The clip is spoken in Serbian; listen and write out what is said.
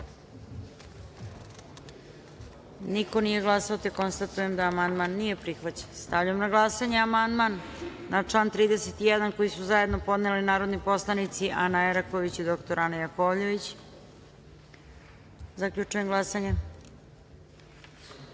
glasanje: za - niko. Konstatujem da amandman nije prihvaćen. Stavljam na glasanje amandman na član 31. koji su zajedno podneli narodni poslanici Ana Eraković i dr Ana Jakovljević. Zaključujem glasanje: